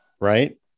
right